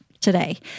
today